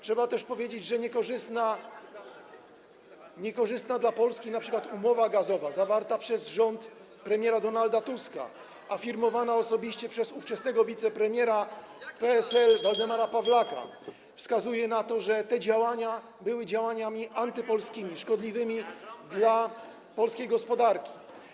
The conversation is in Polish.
Trzeba też powiedzieć, że niekorzystna dla Polski umowa gazowa, zawarta przez rząd premiera Donalda Tuska, a firmowana osobiście przez ówczesnego wicepremiera PSL Waldemara Pawlaka, [[Gwar na sali, dzwonek]] wskazuje na to, że te działania były działaniami antypolskimi, szkodliwymi dla polskiej gospodarki.